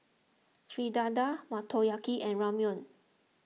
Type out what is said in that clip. Fritada Motoyaki and Ramyeon